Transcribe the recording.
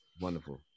Wonderful